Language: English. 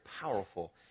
powerful